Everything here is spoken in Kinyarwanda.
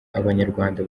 abanyarwanda